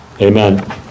Amen